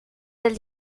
del